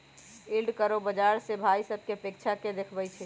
yield curve बाजार से भाइ सभकें अपेक्षा के देखबइ छइ